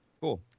cool